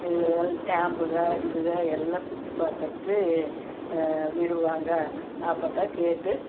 இதுங்ககள் டேம்புக இதுக எல்லாம் சுற்றி பார்க்கறக்கு விடுவாங்க அப்போத்தான் கேட்டு